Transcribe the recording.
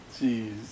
jeez